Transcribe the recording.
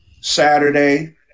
Saturday